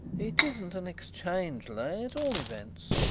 it isn't an exchange lay, at all events,